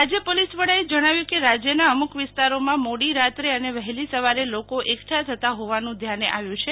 રાજ્ય પોલીસ વડાએ જણાવ્યું કે રાજ્યના અમુક વિસ્તારમાં મોડી રાત્રે અને વહેલી સવારે લોકો એકઠા થતાં હોવાનું ધ્યાને આવ્યું છે